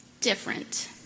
different